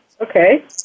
okay